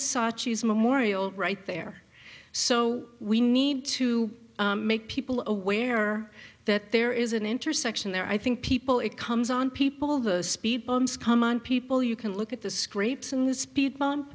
saatchi's memorial right there so we need to make people aware that there is an intersection there i think people it comes on people the speed bumps come on people you can look at the scrapes and the speed b